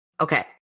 Okay